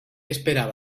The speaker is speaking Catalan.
esperava